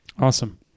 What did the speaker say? Awesome